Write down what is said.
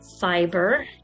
fiber